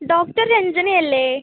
doctor Ranjana അല്ലേ